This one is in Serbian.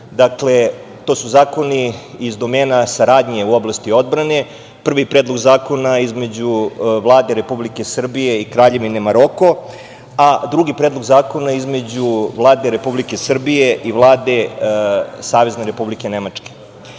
zakona. To su zakoni iz domena saradnje u oblasti odbrane. Prvi je Predlog zakona između Vlade Republike Srbije i Kraljevine Maroko, a drugi Predlog zakona je između Vlade Republike Srbije i Vlade Savezne Republike Nemačke. Dakle,